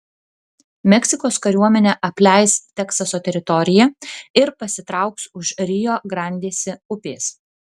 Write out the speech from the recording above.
meksikos kariuomenė apleis teksaso teritoriją ir pasitrauks už rio grandėsi upės